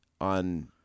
on